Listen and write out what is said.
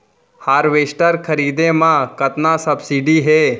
Harvester खरीदे म कतना सब्सिडी हे?